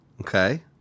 okay